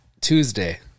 Tuesday